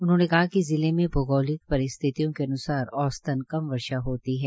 उन्होंने कहा कि जिले में भगोलिक परिस्थितियों के अन्सार औसतन कम वर्षा होती है